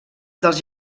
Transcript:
dels